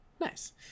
nice